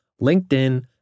LinkedIn